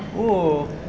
!whoa!